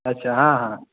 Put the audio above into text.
अच्छा हँ हँ